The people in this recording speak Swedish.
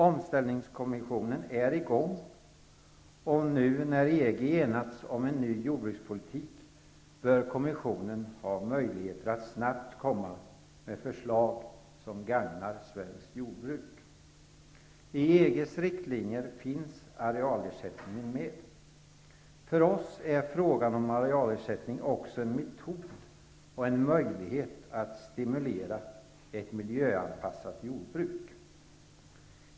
Omställningskommissionen är i gång, och när nu EG enats om en ny jordbrukspolitik bör kommissionen ha möjligheter att snabbt komma med förslag som gagnar svenskt jordbruk. I EG:s riktlinjer finns arealersättningen med. För oss framstår detta med arealersättningen också som en metod och en möjlighet att stimulera ett miljöanpassat jordbruk.